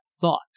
thought